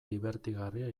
dibertigarria